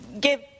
give